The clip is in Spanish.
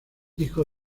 hijo